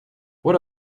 what